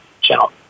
channel